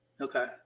Okay